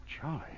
Charlie